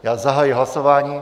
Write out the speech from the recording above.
Já zahajuji hlasování.